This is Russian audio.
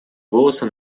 голоса